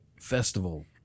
festival